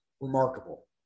Remarkable